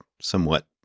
somewhat